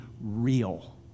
real